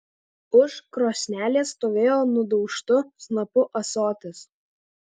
už krosnelės stovėjo nudaužtu snapu ąsotis